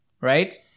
right